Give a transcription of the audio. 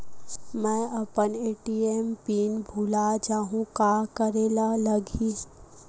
मैं अपन ATM PIN भुला जहु का करे ला लगही?